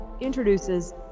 introduces